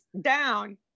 down